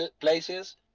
places